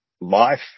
life